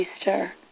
Easter